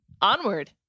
onward